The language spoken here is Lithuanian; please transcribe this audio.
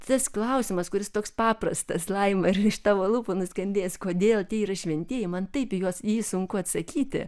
tas klausimas kuris toks paprastas laima ir iš tavo lūpų nuskambėjęs kodėl tie yra šventieji man taip į juos į jį sunku atsakyti